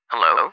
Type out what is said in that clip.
Hello